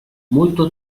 molto